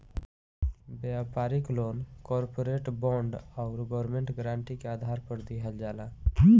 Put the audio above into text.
व्यापारिक loan corporate bond आउर government guarantee के आधार पर दिहल जाला